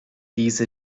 diese